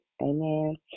Amen